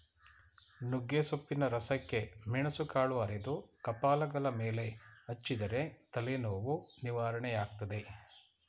ನುಗ್ಗೆಸೊಪ್ಪಿನ ರಸಕ್ಕೆ ಮೆಣಸುಕಾಳು ಅರೆದು ಕಪಾಲಗಲ ಮೇಲೆ ಹಚ್ಚಿದರೆ ತಲೆನೋವು ನಿವಾರಣೆಯಾಗ್ತದೆ